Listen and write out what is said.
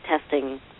testing